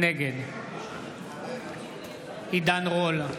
נגד עידן רול,